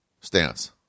stance